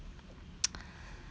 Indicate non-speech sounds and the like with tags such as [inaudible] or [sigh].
[noise] [breath]